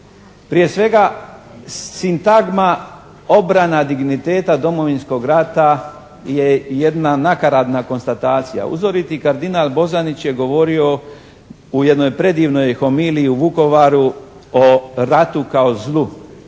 Prije svega sintagma, obrana digniteta Domovinskog rata je jedna nakaradna konstatacija. Uzoriti kardinal Bozanić je govorio u jednoj predivnoj homiliji u Vukovaru o ratu kao zlu.